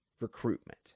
recruitment